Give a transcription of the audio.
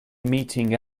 meeting